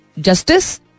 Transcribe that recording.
justice